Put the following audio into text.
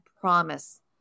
promise